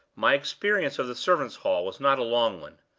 my experience of the servants' hall was not a long one.